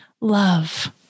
love